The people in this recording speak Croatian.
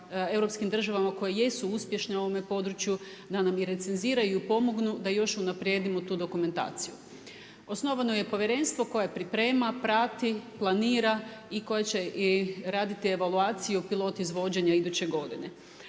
koje jesu uspješne u ovome području da nam i recenziraju i pomognu da još unaprijedimo tu dokumentaciju. Osnovano je povjerenstvo koje priprema, prati, planira i koje će raditi i evaluaciju pilot izvođenja iduće godine.